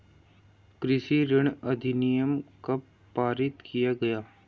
कृषि ऋण अधिनियम कब पारित किया गया?